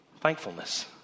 thankfulness